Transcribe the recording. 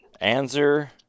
answer